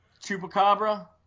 Chupacabra